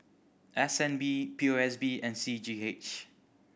S N B P O S B and C G H